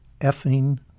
effing